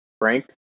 Frank